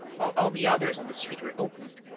while all the others on the street were opened,